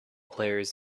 players